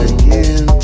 again